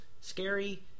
scary